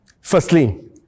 Firstly